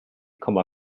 komma